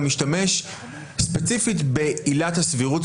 משתמש ספציפית בעילת הסבירות,